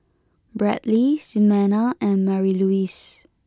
Bradly Ximena and Marylouise